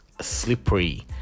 Slippery